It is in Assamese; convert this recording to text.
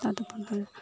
তাত আপোনাৰ